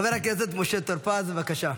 חבר הכנסת משה טור פז, בבקשה.